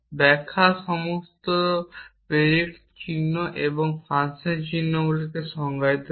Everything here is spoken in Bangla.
ব্যাখ্যা সমস্ত predicate চিহ্ন এবং ফাংশন চিহ্নগুলিকে সংজ্ঞায়িত করে